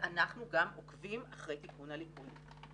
ואנחנו גם עוקבים אחרי תיקון הליקוי.